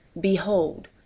Behold